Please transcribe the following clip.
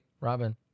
Robin